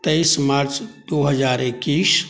तेइस मार्च दुइ हजार इकैस